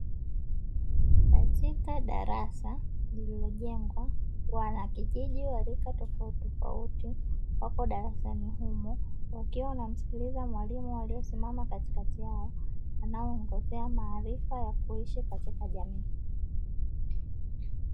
Katika darasa lililojengwa wanakijiji wa rika tofautitofauti wapo darasani humo, wakiwa wanamsikiliza mwalimu aliyosimama katikati yao anayewaongezea maarifa ya kuishi katika jamii.